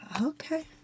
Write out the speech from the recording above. Okay